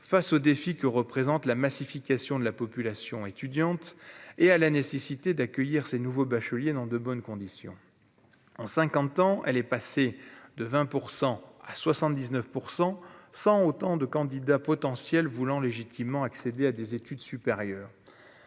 face au défi que représente la massification de la population étudiante et à la nécessité d'accueillir ces nouveaux bacheliers dans de bonnes conditions, en 50 ans, elle est passée de 20 % à 79 % sans autant de candidats potentiels voulant légitimement accéder à des études supérieures,